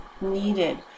needed